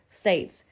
states